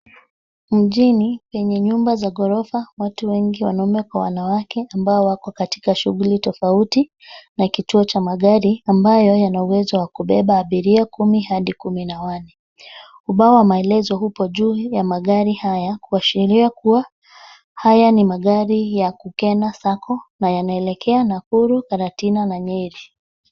Mjini penye nyumba nyingi za ghorofa, watu wengi wanaume kwa wanawake ambao wako katika shughuli tofauti na kituo cha magari ambayo yana uwezo kubeba abiria kutoka kumi hadi kumi na wanne. Ubao wa maelezo upo juu ya magari haya kuashiria kuwa haya na magari Kukena Sacco na yanaelekea Nakuru, Karatina na Nyeri.